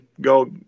go